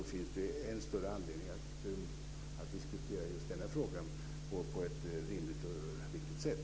Då finns det än större anledning att diskutera just denna fråga på ett rimligt och riktigt sätt.